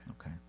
Okay